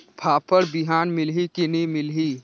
फाफण बिहान मिलही की नी मिलही?